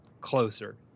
closer